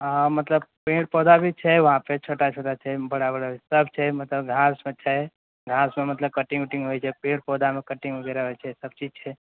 अऽ मातलब पेड़ पौधा भी छै वहाँ पर छोटा छोटा छै बडा बडा भी सब छै मतलब घास छै घासमे मतलब कटिंग उटिंग होइ छै पेड़ पौधामे कटिंग वगैरह होइ छै मतलब सब चीज छै